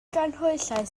ganhwyllau